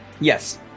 Yes